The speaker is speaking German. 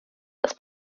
das